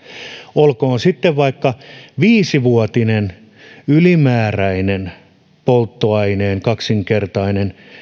olkoon sitten vaikka viisivuotinen ylimääräinen polttoaineen kaksinkertainen